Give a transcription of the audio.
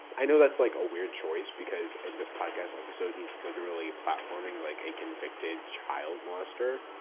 i know that's like a weird choice, because in this podcast episode, he's literally platforming like a convicted child molester.